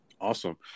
Awesome